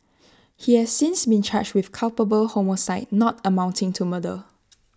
he has since been charged with culpable homicide not amounting to murder